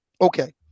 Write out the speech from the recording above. Okay